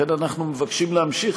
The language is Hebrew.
לכן אנחנו מבקשים להמשיך,